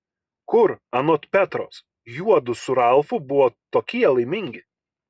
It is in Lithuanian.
kur anot petros juodu su ralfu buvo tokie laimingi